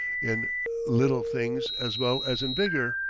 in little things as well as in bigger,